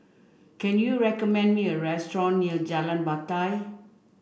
can you recommend me a restaurant near Jalan Batai